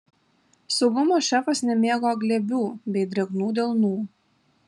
saugumo šefas nemėgo glebių bei drėgnų delnų